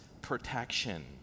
protection